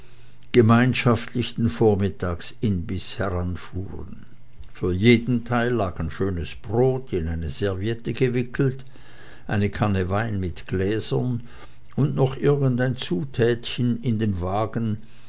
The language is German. gemeinschaftlich den vormittagsimbiß heranfuhren für jeden teil lag ein schönes brot in eine serviette gewickelt eine kanne wein mit gläsern und noch irgendein zutätchen in dem wagen